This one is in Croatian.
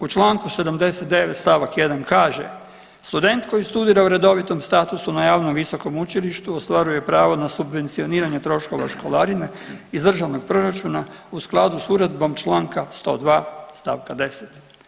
U Članku 79. stavak 1. kaže student koji studira u redovitom statusu na javnom visokom učilištu ostvaruje pravo na subvencioniranje troškova školarine iz državnog proračuna u skladu s uredbom Članka 102. stavka 10.